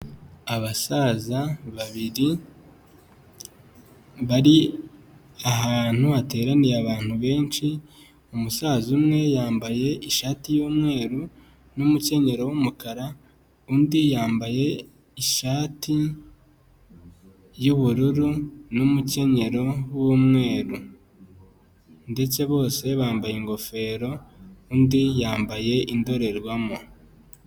Abasaza babiri bari ahantu hateraniye abantu benshi, umusaza umwe yambaye ishati y'umweru n'umukenyero w'umukara, undi yambaye ishati y'ubururu n'umukenyero w'umweru ndetse bose bambaye ingofero, undi yambaye indorerwamo.